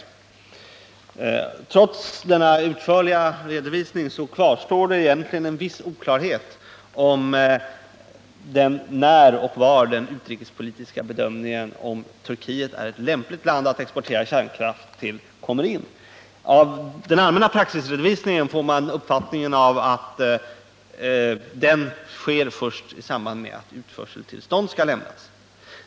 Men trots denna utförliga redovisning kvarstår en viss oklarhet om när och var den politiska bedömningen av om Turkiet är ett lämpligt land att exportera kärnkraft till kommer in. Av redovisningen av den allmänna praxisen får man till att börja med uppfattningen att en sådan bedömning kommer att ske först i samband med att utförseltillstånd skall lämnas.